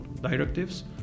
directives